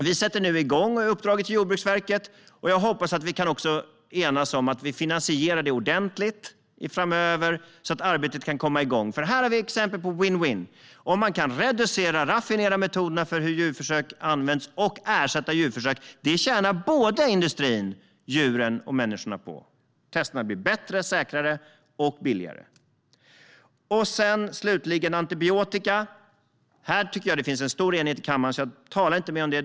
Vi sätter nu igång uppdraget till Jordbruksverket, och jag hoppas att vi kan enas om att vi finansierar det ordentligt framöver, så att arbetet kan komma igång, för har vi ett exempel på vinn-vinn. Om man kan reducera och raffinera metoderna för hur djurförsök används och ersätta djurförsök tjänar industrin, djuren och människorna på det. Testerna blir bättre, säkrare och billigare. Slutligen om antibiotika. Här tycker jag att det finns en stor enighet i kammaren, så jag ska inte säga så mycket om det.